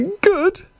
Good